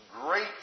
great